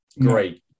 great